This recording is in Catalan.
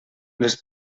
les